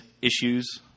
issues